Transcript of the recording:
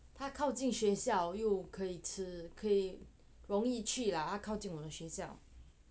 它靠近学校又可以吃可以容易去了啦靠近我们学校